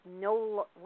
no